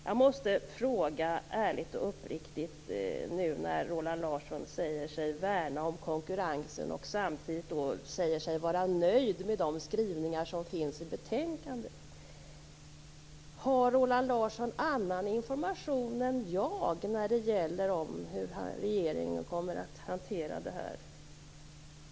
Jag måste ärligt och uppriktigt fråga Roland Larsson när han säger sig värna om konkurrensen och samtidigt säger sig vara nöjd med de skrivningar som finns i betänkandet. Har Roland Larsson annan information än jag när det gäller hur regeringen kommer att hantera detta?